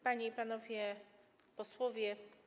Panie i Panowie Posłowie!